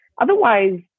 otherwise